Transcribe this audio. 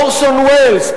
אורסון וולס,